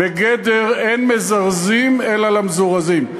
בגדר אין מזרזים אלא למזורזים.